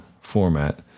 format